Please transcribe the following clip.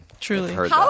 truly